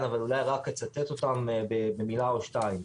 אבל אולי רק אצטט אותם במילה או שתיים,